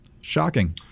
Shocking